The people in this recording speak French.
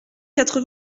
quatre